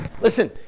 Listen